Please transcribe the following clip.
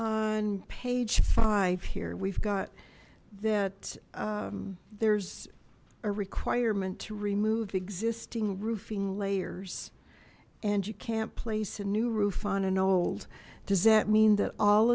on page five here we've got that there's a requirement to remove existing roofing layers and you can't place a new roof on and old does that mean that all